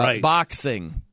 Boxing